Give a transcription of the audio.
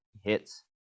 hits